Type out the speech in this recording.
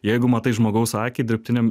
jeigu matai žmogaus akį dirbtiniam